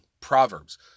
Proverbs